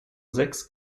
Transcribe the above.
sechs